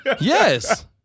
Yes